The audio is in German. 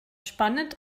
spannend